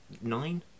Nine